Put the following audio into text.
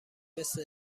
مثل